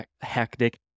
hectic